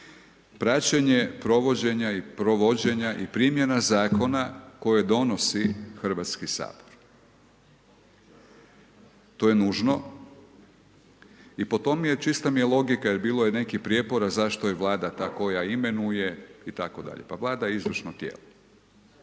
Praćenje provođenja i primjena zakona koje donosi Hrvatski sabor. To je nužno i po tom je, čista mi je logika jer bilo je i nekih prijepora zašto je Vlada ta koja imenuje itd., pa Vlada je izvršno tijelo.